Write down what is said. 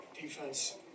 defense